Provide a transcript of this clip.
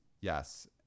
yes